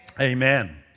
Amen